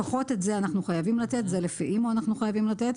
לפחות את זה אנחנו חייבים לתת ולפי אימ"ו אנחנו חייבים לתת.